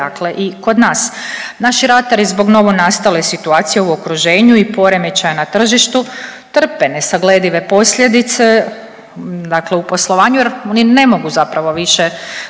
dakle i kod nas. Naši ratari zbog novonastale situacije u okruženju i poremećaja na tržištu trpe nesagledive posljedice, dakle u poslovanju jer ni ne mogu zapravo više